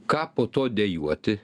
ką po to dejuoti